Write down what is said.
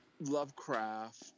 Lovecraft